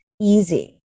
easy